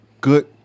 good